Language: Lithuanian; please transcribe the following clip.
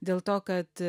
dėl to kad